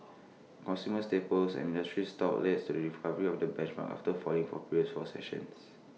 consumer staples and industrial stocks led the recovery on the benchmark after falling for previous four sessions